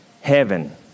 heaven